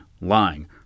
lying